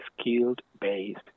skilled-based